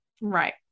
right